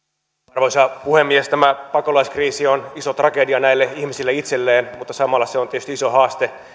arvoisa puhemies tämä pakolaiskriisi on iso tragedia näille ihmisille itselleen mutta samalla se on tietysti iso haaste